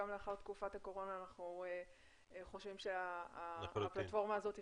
גם לאחר תקופת הקורונה אנחנו חושבים שהפלטפורמה הזאת חיובית.